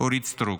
אורית סטרוק,